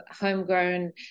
homegrown